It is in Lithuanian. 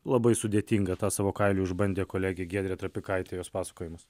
labai sudėtinga tą savo kailiu išbandė kolegė giedrė trapikaitė jos pasakojimas